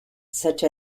such